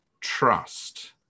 trust